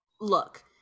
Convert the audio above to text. look